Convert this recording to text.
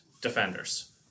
defenders